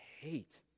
hate